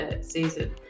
season